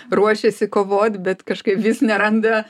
ruošiasi kovot bet kažkaip vis neranda